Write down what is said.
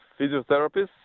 physiotherapist